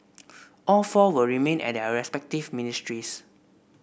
all four will remain at their respective ministries